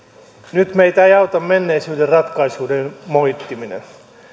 nyt meitä ei auta menneisyyden ratkaisuiden moittiminen